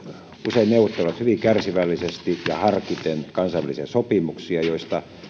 usein neuvottelevat hyvin kärsivällisesti ja harkiten kansainvälisiä sopimuksia joista